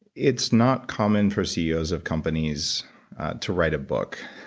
it's not common for ceos of companies to write a book,